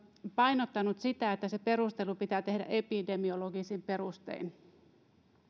painottanut sitä että se perustelu pitää tehdä epidemiologisin perustein